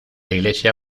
iglesia